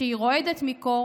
"כשהיא רועדת מקור